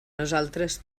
nosaltres